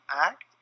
ACT